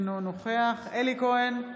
אינו נוכח אלי כהן,